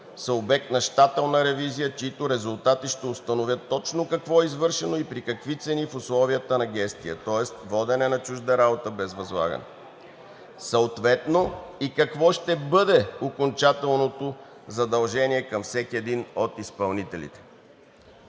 обект на щателна ревизия, чиито резултати ще установят точно какво е извършено, при какви цени и в условията на гестия – водене на чужда работа без възлагане, съответно и какво ще бъде окончателното задължение към всеки един от изпълнителите.